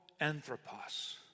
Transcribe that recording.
anthropos